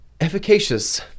efficacious